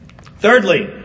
Thirdly